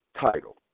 title